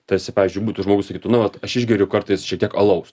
tarsi pavyžiui būtų žmogus sakytų nu vat aš išgeriu kartais šiek tiek alaus